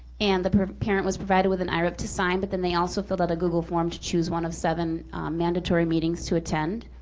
and the parent was provided with an irip to sign, but then they also filled out a google form to choose one of seven mandatory meetings to attend.